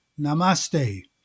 Namaste